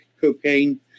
cocaine